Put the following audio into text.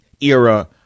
era